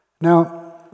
Now